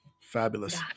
Fabulous